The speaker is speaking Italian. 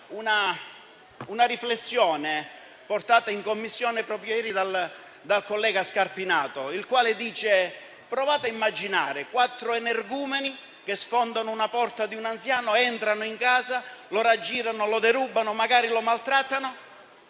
una riflessione portata in Commissione proprio ieri dal collega Scarpinato, il quale ha detto di provare a immaginare quattro energumeni che sfondano la porta di un anziano, gli entrano in casa, lo raggirano, lo derubano e magari lo maltrattano.